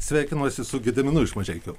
sveikinuosi su gediminu iš mažeikių